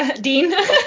Dean